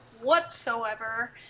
whatsoever